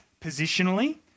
positionally